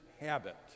habit